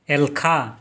ᱮᱞᱠᱷᱟ